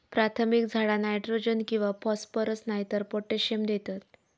प्राथमिक झाडा नायट्रोजन किंवा फॉस्फरस नायतर पोटॅशियम देतत